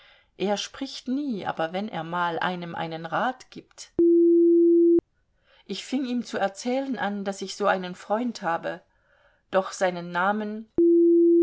er spricht nie aber wenn er mal einem einen rat gibt ich fing ihm zu erzählen an daß ich so einen freund habe doch seinen namen